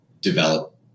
develop